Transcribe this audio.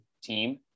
team